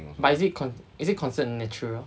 but is it con~ is it considered natural